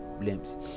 blames